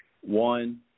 one